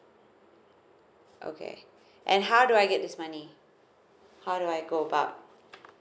okay and how do I get this money how do I go about